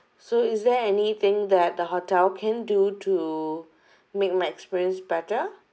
so is there anything that the hotel can do to make my experience better